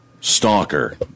stalker